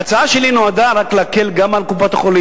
ההצעה שלי נועדה להקל גם על קופות-החולים,